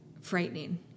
frightening